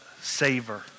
savor